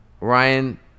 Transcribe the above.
Ryan